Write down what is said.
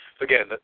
Again